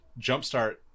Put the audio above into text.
jumpstart